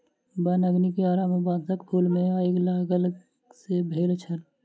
वन अग्नि के आरम्भ बांसक फूल मे आइग लागय सॅ भेल छल